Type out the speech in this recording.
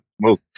move